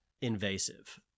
invasive